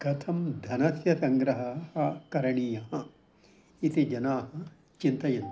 कथं धनस्य सङ्ग्रहः करणीयः इति जनाः चिन्तयन्ति